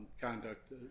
conduct